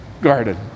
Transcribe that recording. garden